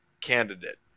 candidate